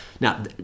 Now